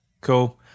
Cool